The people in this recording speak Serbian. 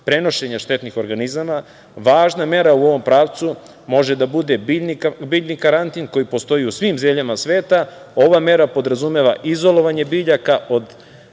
prenošenja štetnih organizama. Važna mera u ovom pravcu može da bude biljni karantin, koji postoji u svim zemljama sveta. Ova mera podrazumeva izolovanje biljaka od